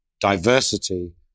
diversity